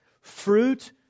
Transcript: fruit